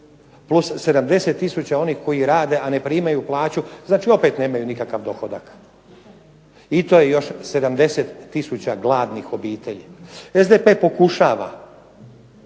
plus 70000 onih koji rade, a ne primaju plaću. Znači, opet nemaju nikakav dohodak i to je još 70000 gladnih obitelji. SDP pokušava,